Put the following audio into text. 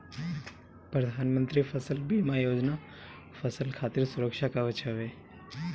प्रधानमंत्री फसल बीमा योजना फसल खातिर सुरक्षा कवच हवे